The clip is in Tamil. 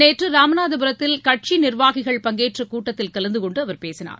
நேற்று ராமநாதபுரத்தில் கட்சி நிர்வாகிகள் பங்கேற்ற கூட்டத்தில் கலந்துகொண்டு அவர் பேசினார்